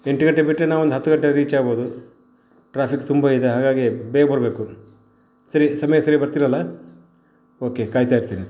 ಎಂಟು ಗಂಟೆಗೆ ಬಿಟ್ಟರೆ ನಾವೊಂದು ಹತ್ತು ಗಂಟೆಗೆ ರೀಚ್ ಆಗ್ಬೋದು ಟ್ರಾಫಿಕ್ಸ್ ತುಂಬ ಇದೆ ಹಾಗಾಗಿ ಬೇಗ ಬರಬೇಕು ಸರಿ ಸಮಯಕ್ ಸರಿಯಾಗಿ ಬರ್ತಿರ ಅಲ್ಲಾ ಓಕೆ ಕಾಯ್ತಾ ಇರ್ತಿನಿ